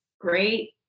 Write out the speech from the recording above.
great